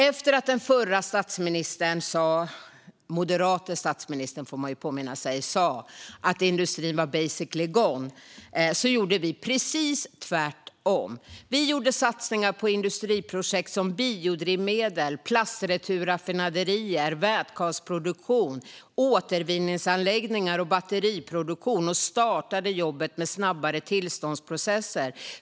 Efter att den förre moderate statsministern sa att industrin var basically gone gjorde vi precis tvärtom. Vi gjorde satsningar på industriprojekt som biodrivmedel, plastreturraffinaderier, vätgasproduktion, återvinningsanläggningar och batteriproduktion och startade jobbet med snabbare tillståndsprocesser.